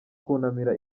kunamira